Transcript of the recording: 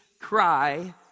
cry